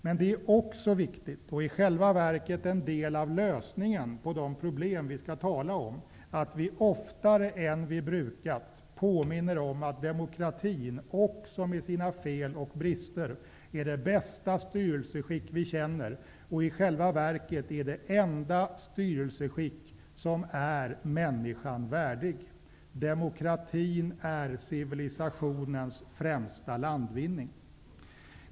Men det är också viktigt -- och i själva verket en del av lösningen på de problem vi skall tala om -- att vi oftare än vi brukat, påminner om att demokratin också med sina fel och brister är det bästa styrelseskick vi känner. Det är i själva verket det enda styrelseskick som är människan värdigt. Demokratin är civilisationens främsta landvinning.